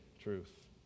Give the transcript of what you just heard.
truth